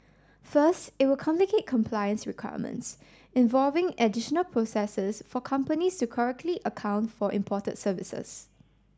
first it will complicate compliance requirements involving additional processes for companies to correctly account for imported services